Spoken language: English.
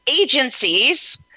agencies